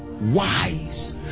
Wise